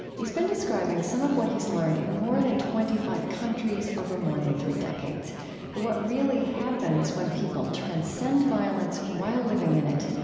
he's been describing some of what he's learned in more than twenty five countries over more than three decades what really happens when people transcend violence while living in it,